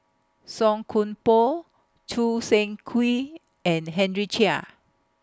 Song Koon Poh Choo Seng Quee and Henry Chia